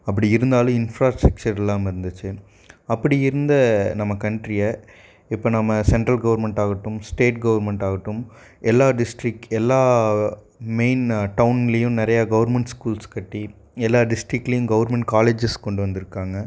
அப்படி இருந்தாலும் இன்ஃப்ராஸ்ட்ரக்ச்சர் இல்லாமல் இருந்துச்சு அப்படி இருந்த நம்ம கண்ட்ரியை இப்போ நம்ம சென்ட்ரல் கவுர்மெண்ட்டாகட்டும் ஸ்டேட் கவுர்மெண்ட்டாகட்டும் எல்லாம் டிஸ்ட்ரிக்ட் எல்லா மெயின் டவுன்லேயும் நிறையா கவுர்மண்ட் ஸ்கூல்ஸ் கட்டி எல்லாம் டிஸ்டிக்லேயும் கவுர்மண்ட் காலேஜஸ் கொண்டு வந்துருக்காங்க